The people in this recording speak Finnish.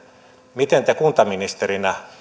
miten te kuntaministerinä